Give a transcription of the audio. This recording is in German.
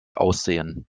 aussehen